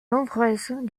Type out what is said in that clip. nombreuses